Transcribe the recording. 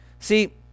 See